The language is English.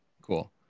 cool